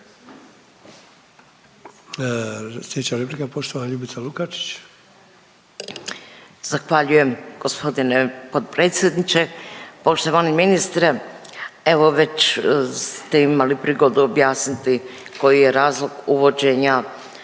Sljedeća replika, poštovana Ljubica Lukačić.